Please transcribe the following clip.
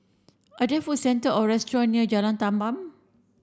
are there food centre or restaurants near Jalan Tamban